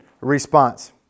response